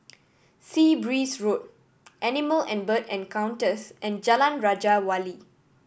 Sea Breeze Road Animal and Bird Encounters and Jalan Raja Wali